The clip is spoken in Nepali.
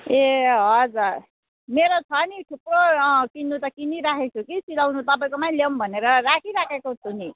ए हजुर मेरो छ नि थुप्रो किन्नु त किनी राखेको छु कि सिलाउनु तपाईँकोमै ल्याउँ भनेर राखिराखेको छु नि